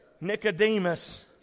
Nicodemus